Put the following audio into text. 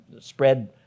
spread